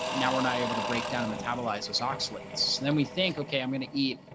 and now we're not able to break down a metabolizers oxalates, then we think, okay, i'm going to eat, you